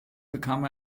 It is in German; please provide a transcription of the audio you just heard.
bekam